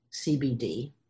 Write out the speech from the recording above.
CBD